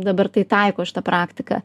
dabar tai taiko šitą praktiką